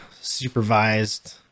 supervised